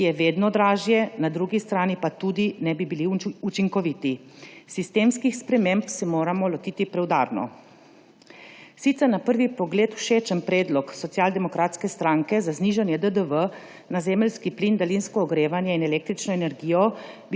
ki je vedno dražje, na drugi strani pa tudi ne bi bili učinkoviti. Sistemskih sprememb se moramo lotiti preudarno. Sicer na prvi pogled všečen predlog Slovenske demokratske stranke za znižanje DDV na zemeljski plin, daljinsko ogrevanje in električno energijo